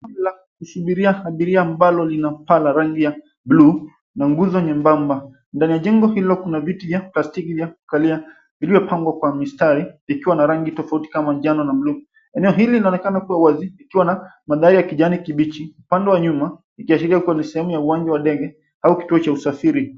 ...la kusubiria abiria ambalo lina paa la rangi ya blue na nguzo nyembamba. Ndani ya jengo hilo kuna viti ya plastiki vya kukalia, viliopangwa kwa mistari ikiwa na rangi tofauti kama njano na blue . Eneo hili linaonekana kuwa wazi ikiwa na mandhari ya kijani kibichi. Upande wa nyuma ikiashiria kuwa ni sehemu ya uwanja wa ndege au kituo cha usafiri.